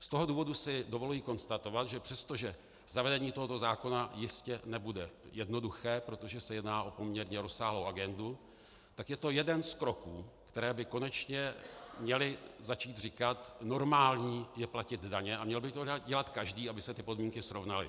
Z toho důvodu si dovoluji konstatovat, že přestože zavedení tohoto zákona jistě nebude jednoduché, protože se jedná o poměrně rozsáhlou agendu, tak je to jeden z kroků, které by konečně měly začít říkat: normální je platit daně a měl by to dělat každý, aby se ty podmínky srovnaly.